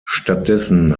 stattdessen